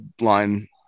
line